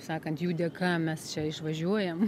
sakant jų dėka mes čia išvažiuojam